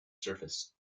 surface